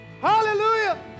Hallelujah